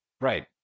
Right